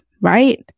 right